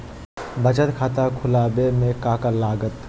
बचत खाता खुला बे में का का लागत?